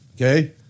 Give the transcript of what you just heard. okay